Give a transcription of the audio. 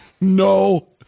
no